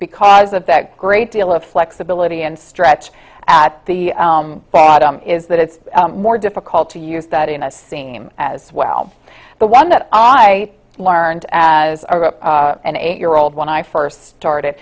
because of that great deal of flexibility and stretch at the bottom is that it's more difficult to use that in a seam as well the one that i learned as an eight year old when i first started